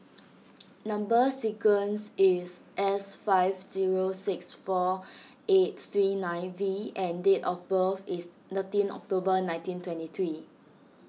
Number Sequence is S five zero six four eight three nine V and date of birth is thirteen October nineteen twenty three